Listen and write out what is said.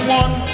one